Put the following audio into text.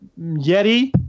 yeti